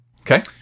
Okay